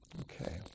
Okay